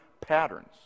patterns